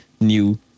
new